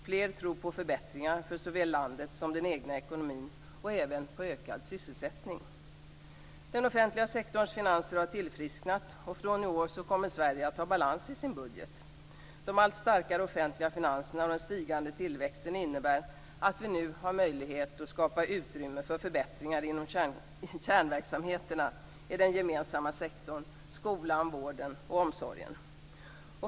Fler tror på förbättringar för såväl landet som den egna ekonomin, och även på ökad sysselsättning. Den offentliga sektorns finanser har tillfrisknat. Från i år kommer Sverige att ha balans i sin budget. De allt starkare offentliga finanserna och den stigande tillväxten innebär att vi nu har möjlighet att skapa utrymme för förbättringar inom kärnverksamheterna i den gemensamma sektorn - skolan, vården och omsorgen.